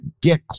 get